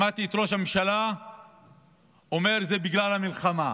שמעתי את ראש הממשלה אומר: זה בגלל המלחמה.